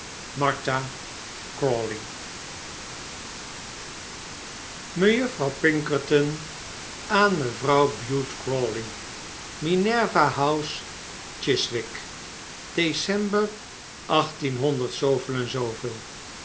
c mejuffrouw pinkerton aan mevrouw bute crawley minerva house chiswick dec